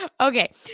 okay